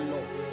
Lord